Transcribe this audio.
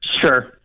sure